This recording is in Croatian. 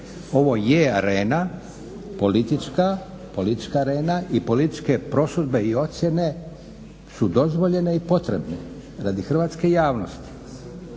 Ovo je arena politička, politička arena i političke prosudbe i ocijene su dozvoljene i potrebne radi hrvatske javnosti